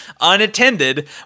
unattended